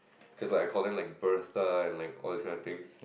cause like I called them like Bertha and like all this kind of things